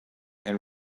and